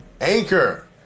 Anchor